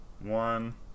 one